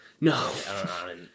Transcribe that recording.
no